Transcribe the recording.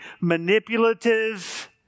manipulative